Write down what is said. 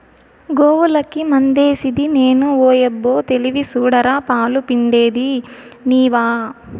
గోవులకి మందేసిది నేను ఓయబ్బో తెలివి సూడరా పాలు పిండేది నీవా